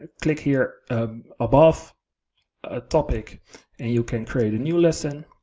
click here ah above ah topic and you can create a new lesson